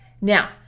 Now